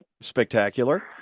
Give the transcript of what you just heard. spectacular